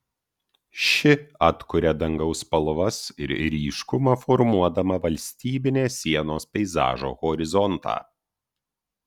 ši atkuria dangaus spalvas ir ryškumą formuodama valstybinės sienos peizažo horizontą